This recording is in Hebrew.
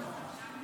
נעבור לנושא